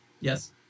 Yes